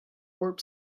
warp